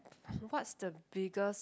what's the biggest